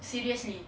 seriously